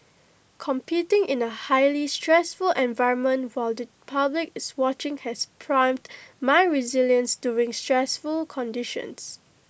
competing in A highly stressful environment while the public is watching has primed my resilience during stressful conditions